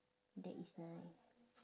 that is nice